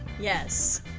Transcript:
Yes